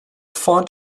font